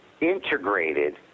integrated